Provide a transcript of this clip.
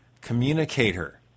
communicator